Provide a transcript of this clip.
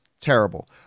terrible